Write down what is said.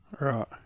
Right